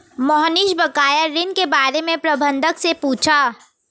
मोहनीश बकाया ऋण के बारे में प्रबंधक से पूछा